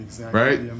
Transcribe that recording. right